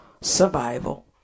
survival